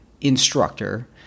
instructor